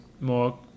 more